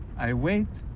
i wait,